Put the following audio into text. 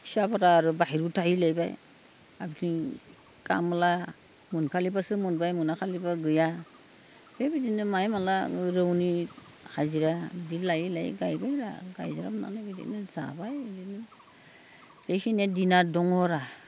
फिसाफोरा आरो बाहेरायाव थाहैलायबाय आरो बिथिं गाम्ला मोनखालिबासो मोनबाय मोनाखालिबा गैया बेबायदिनो माइ माला रौनि हाजिरा बिदि लायै लायै गायबाय गायज्राबनानै बिदिनो जाबाय बिदिनो बेखिनि दिना दङरा